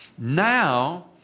Now